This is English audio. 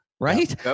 Right